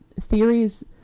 Theories